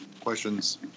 questions